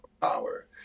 Power